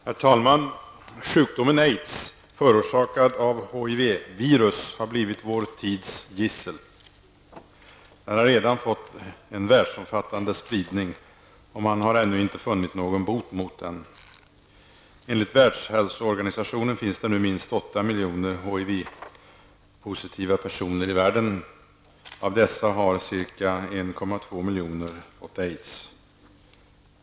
Herr talman! Sjukdomen aids, förorsakad av HIV virus, har blivit vår tids gissel. Den har redan fått en världsomfattande spridning, och man har ännu inte funnit någon bot mot den. Enligt Världshälsoorganisationen finns det nu minst 8 miljoner HIV-positiva personer i världen. Av dessa har ca 1,2 miljoner personer fått aids.